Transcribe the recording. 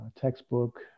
textbook